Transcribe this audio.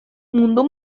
mundu